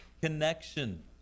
connection